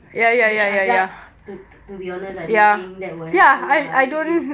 which I doubt to to be honest I don't think that will happen lah I mean